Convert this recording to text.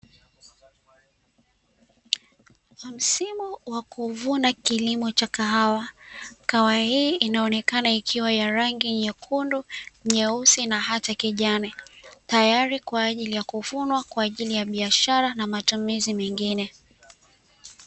Msimu wa kuvuna kilimo cha kahawa. Kahawa hii inaonekana ikiwa ya rangi nyekundu, nyeusi na hata kijani; tayari kwa ajili ya kuvunwa kwa ajili ya biashara na matumizi mengine.